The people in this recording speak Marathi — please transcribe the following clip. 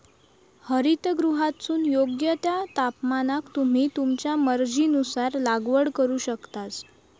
हरितगृहातसून योग्य त्या तापमानाक तुम्ही तुमच्या मर्जीनुसार लागवड करू शकतास